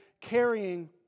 carrying